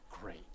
great